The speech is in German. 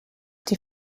die